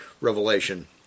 Revelation